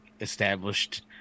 established